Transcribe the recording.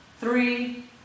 three